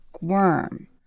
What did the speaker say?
worm